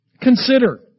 Consider